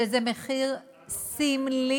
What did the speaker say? שזה מחיר סמלי.